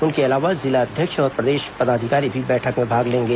उनके अलावा जिला अध्यक्ष और प्रदेश पदाधिकारी भी बैठक में भाग लेंगे